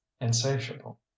insatiable